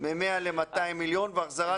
הכפלת קרן המלגות מ-100 ל-200 מיליון והחזרת